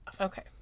Okay